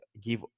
give